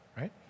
right